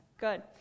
good